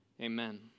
amen